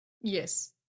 Yes